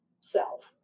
self